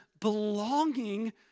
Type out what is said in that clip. belonging